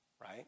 right